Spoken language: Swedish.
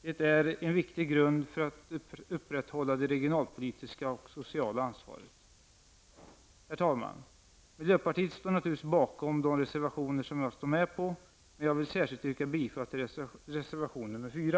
Detta är en viktig grund för att upprätthålla det regionalpolitiska och sociala ansvaret. Herr talman! Miljöpartiet står naturligtvis bakom de reservationer där mitt namn finns med, men jag vill särskilt yrka bifall till reservation 4.